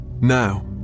Now